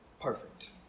perfect